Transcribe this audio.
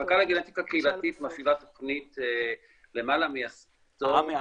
המחלקה לגנטיקה קהילתית מפעילה תוכנית למעלה מעשור --- עמי,